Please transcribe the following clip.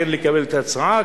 כן לקבל את ההצעה,